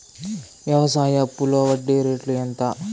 వ్యవసాయ అప్పులో వడ్డీ రేట్లు ఎంత?